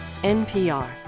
NPR